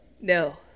no